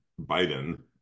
Biden